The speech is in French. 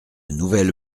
nouvelles